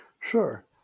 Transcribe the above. Sure